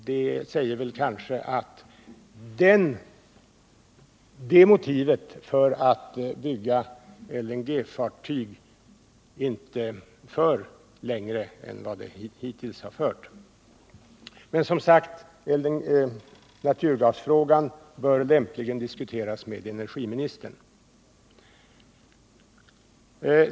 Det säger väl att det motivet för att bygga LNG-fartyg inte kan föra längre än vad det hittills har fört. Men, som sagt, naturgasfrågan bör lämpligen diskuteras med energiministern.